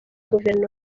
guverinoma